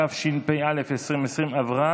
התשפ"א 2020, נתקבל.